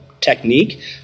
Technique